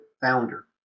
founder